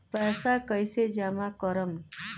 पैसा कईसे जामा करम?